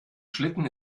schlitten